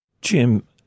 Jim